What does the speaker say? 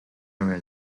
area